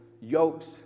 yokes